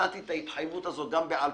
ונתתי את התחייבות גם בעל-פה,